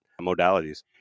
modalities